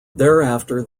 thereafter